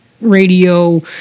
radio